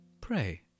Pray